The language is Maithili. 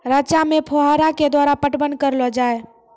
रचा मे फोहारा के द्वारा पटवन करऽ लो जाय?